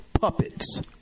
puppets